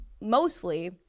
mostly